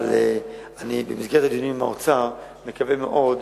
אבל במסגרת הדיונים עם האוצר אני מקווה מאוד,